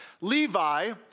Levi